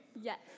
Yes